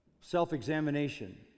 self-examination